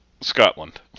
Scotland